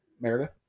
Meredith